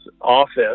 office